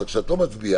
איך הוא מתנהל,